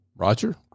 Roger